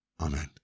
Amen